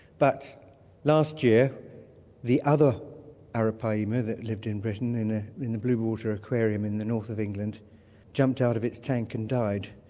but last year the other arapaima that lived in britain in ah in the blue water aquarium in the north of england jumped out of its tank and died.